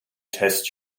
test